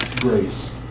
grace